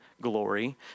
glory